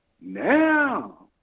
now